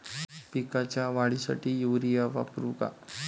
पिकाच्या वाढीसाठी युरिया वापरू का?